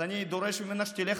אז אני דורש ממנה שתלך,